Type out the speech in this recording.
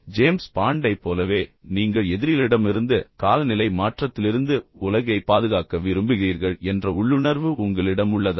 James பாண்டைப் போலவே நீங்கள் உலகைக் காப்பாற்ற விரும்புகிறீர்கள் எதிரிகளிடமிருந்து அதைப் பாதுகாக்க விரும்புகிறீர்கள் காலநிலை மாற்றத்திலிருந்து அதைப் பாதுகாக்க விரும்புகிறீர்கள் என்ற உள்ளுணர்வு உங்களிடம் உள்ளதா